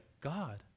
God